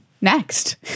next